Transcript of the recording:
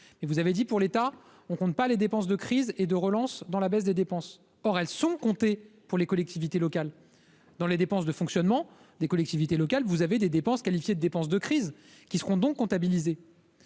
vous avez dit pour l'État, on compte pas les dépenses de crise et de relance dans la baisse des dépenses, or elles sont comptées pour les collectivités locales dans les dépenses de fonctionnement des collectivités locales, vous avez des dépenses qualifiées de dépenses de crise qui seront donc comptabilisés.